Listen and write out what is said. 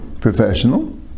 professional